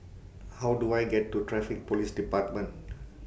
How Do I get to Traffic Police department